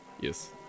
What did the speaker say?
yes